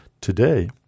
today